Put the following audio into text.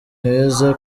heza